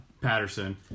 Patterson